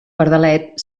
pardalet